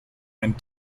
and